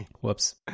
Whoops